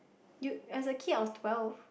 you as a kid I was twelve